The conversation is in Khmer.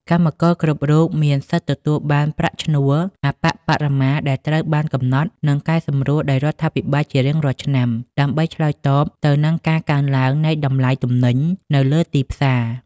កម្មករគ្រប់រូបមានសិទ្ធិទទួលបានប្រាក់ឈ្នួលអប្បបរមាដែលត្រូវបានកំណត់ និងកែសម្រួលដោយរដ្ឋាភិបាលជារៀងរាល់ឆ្នាំ ដើម្បីឆ្លើយតបទៅនឹងការកើនឡើងនៃតម្លៃទំនិញនៅលើទីផ្សារ។